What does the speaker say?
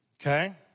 Okay